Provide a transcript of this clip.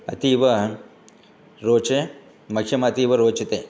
अतीव रोचे मह्यम् अतीव रोचते